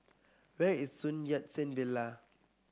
where is Sun Yat Sen Villa